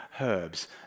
herbs